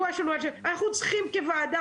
אנחנו צריכים כוועדה,